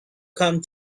come